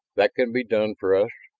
that can be done for us